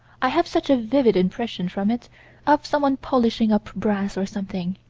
i have such a vivid impression from it of someone polishing up brass or something,